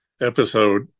episode